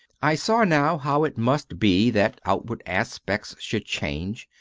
i saw now how it must be that outward aspects should change,